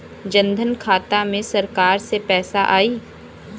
जनधन खाता मे सरकार से पैसा आई?